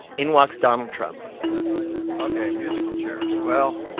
in walks donald trump ok, musical chairs. well,